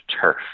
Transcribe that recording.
turf